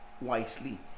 wisely